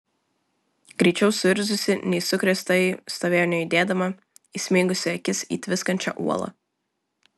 greičiau suirzusi nei sukrėstąjį stovėjo nejudėdama įsmeigusi akis į tviskančią uolą